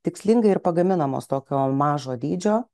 tikslingai ir pagaminamos tokio mažo dydžio